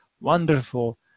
wonderful